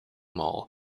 mall